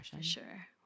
sure